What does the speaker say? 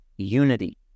unity